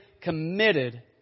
committed